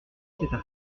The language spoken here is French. article